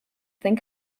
think